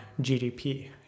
GDP